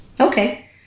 Okay